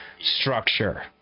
structure